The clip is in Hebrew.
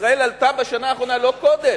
ישראל עלתה בשנה האחרונה, לא קודם,